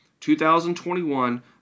2021